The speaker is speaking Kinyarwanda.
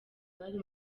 bari